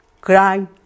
cry